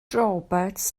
roberts